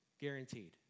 Guaranteed